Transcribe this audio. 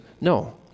no